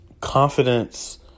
confidence